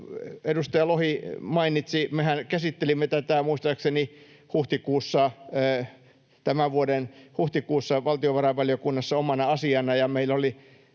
edustaja Lohi mainitsi, ja mehän käsittelimme tätä muistaakseni tämän vuoden huhtikuussa valtiovarainvaliokunnassa omana asiana, ja meillä oli